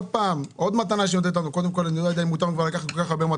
למה בדיוק היא חוגגת?